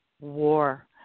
war